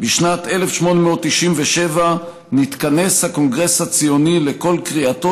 "בשנת 1897 נתכנס הקונגרס הציוני לקול קריאתו